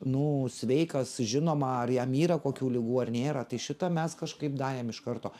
nu sveikas žinoma ar jam yra kokių ligų ar nėra tai šitą mes kažkaip darėm iš karto